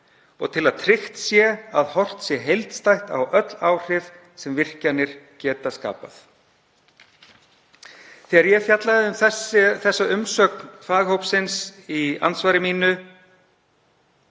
og til að tryggt sé að horft sé heildstætt á öll áhrif sem virkjanir geta skapað.“ Þegar ég fjallaði um þessa umsögn faghópsins í andsvari mínu